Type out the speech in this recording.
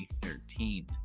2013